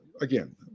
again